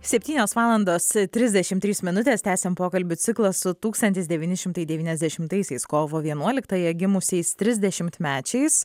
septynios valandos trisdešim trys minutės tęsiam pokalbių ciklą su tūkstantis devyni šimtai devyniasdešimtaisiais kovo vienuoliktąją gimusiais trisdešimtmečiais